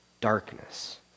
darkness